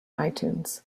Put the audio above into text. itunes